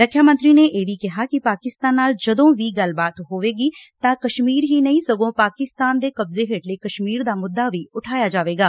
ਰੱਖਿਆ ਮੰਤਰੀ ਨੇ ਇਹ ਵੀ ਕਿਹਾ ਕਿ ਪਾਕਿਸਤਾਨ ਨਾਲ ਜਦੋ ਵੀ ਗੱਲਬਾਤ ਹੋਵੇਗੀ ਤਾ ਕਸ਼ਮੀਰ ਹੀ ਨਹੀ ਸਗੋ ਪਾਕਿਸਤਾਨ ਦੇ ਕਬਜੇ ਹੇਠਲੇ ਕਸ਼ਮੀਰ ਦਾ ਮੁੱਦਾ ਵੀ ਉਠਾਇਆ ਜਾਵੇਗਾ